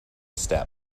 step